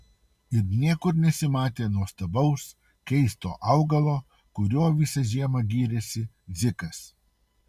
ir niekur nesimatė nuostabaus keisto augalo kuriuo visą žiemą gyrėsi dzikas